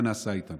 מה נעשה איתן?